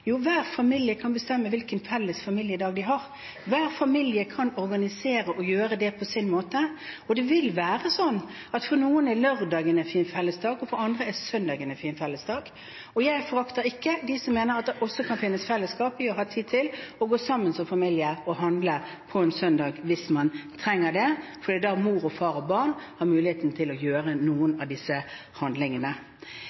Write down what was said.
Jo, enhver familie kan bestemme hvilken felles familiedag de vil ha. Hver familie kan organisere og gjøre det på sin måte, og det vil være sånn at for noen er lørdagen en fin fellesdag, og for andre er søndagen en fin fellesdag. Jeg forakter ikke dem som mener at det også kan finnes fellesskap i å ha tid til å gå sammen som familie og handle på en søndag hvis man trenger det, fordi mor, far og barn da har muligheten til å